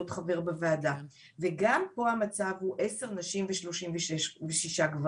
חבר בוועדה וגם פה המצב הוא עשר נשים ו-36 גברים.